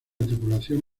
tripulación